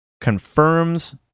confirms